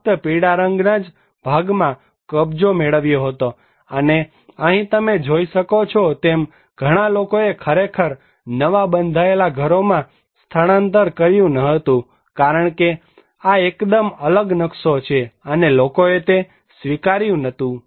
ફક્ત પીળા ભાગમાં જ કબજો મેળવ્યો હતો અને અહીં તમે જોઈ શકો છો તેમ ઘણા લોકોએ ખરેખર નવા બંધાયેલા ઘરોમાં સ્થાનાંતર કર્યું નહોતું કારણકે આ એકદમ અલગ નકશો છે અને લોકોએ તે સ્વીકાર્યું નહોતું